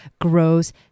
grows